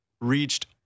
reached